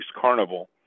carnival